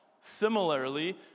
Similarly